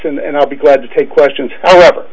and i'll be glad to take questions however